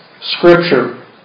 Scripture